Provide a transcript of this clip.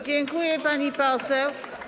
Dziękuję, pani poseł.